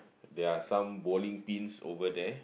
there are some bowling teams over there